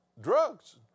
drugs